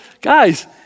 guys